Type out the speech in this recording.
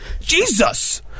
Jesus